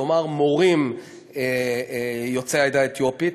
כלומר מורים יוצאי העדה האתיופית,